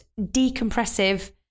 decompressive